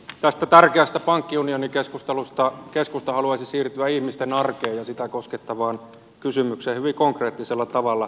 tästä tärkeästä pankkiunionikeskustelusta keskusta haluaisi siirtyä ihmisten arkeen ja sitä hyvin konkreettisella tavalla koskettavaan kysymykseen